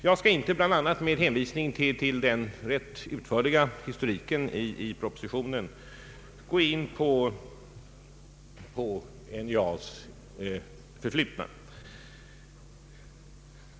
Jag skall inte här, bl.a. med hänvisning till den rätt utförliga historiken i propositionen, gå in på NJA:s förflutna.